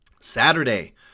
Saturday